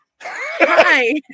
Hi